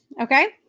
okay